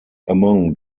among